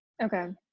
Okay